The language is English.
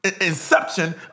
Inception